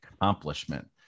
accomplishment